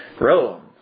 Rome